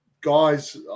guys